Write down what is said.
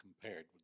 compared